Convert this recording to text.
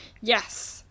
Yes